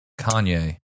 kanye